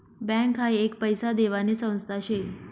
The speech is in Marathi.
बँक हाई एक पैसा देवानी संस्था शे